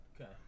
Okay